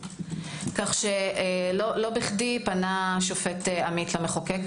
כך שלא בכדי פנה השופט עמית למחוקק,